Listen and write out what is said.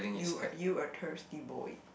you you a thirsty boy